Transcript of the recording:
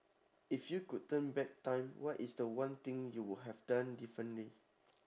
if you could turn back time what is the one thing you would have done differently